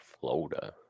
Florida